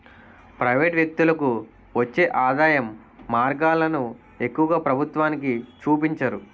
private వ్యక్తులకు వచ్చే ఆదాయం మార్గాలను ఎక్కువగా ప్రభుత్వానికి చూపించరు